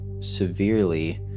severely